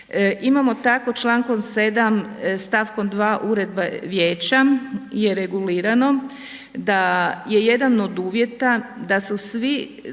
Imamo tako Člankom 7. stavkom 2. Uredba Vijeća je regulirano da je jedan od uvjeta da su svi,